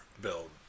build